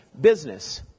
business